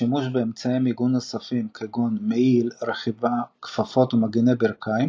ושימוש באמצעי מיגון נוספים כגון מעיל רכיבה כפפות ומגני ברכיים,